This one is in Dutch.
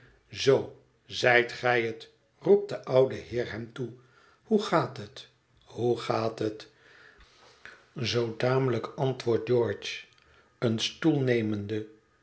zoo zijt gij het roept de oude heer hem toe hoe gaat het hoe gaat het zoo tamelijk antwoordt george een stoel nemende